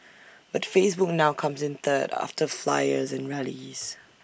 but Facebook now comes in third after flyers and rallies